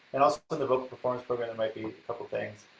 and also in the vocal performance program, there might be a couple things,